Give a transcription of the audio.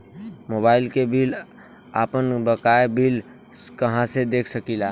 Mobile में आपनबकाया bill कहाँसे देख सकिले?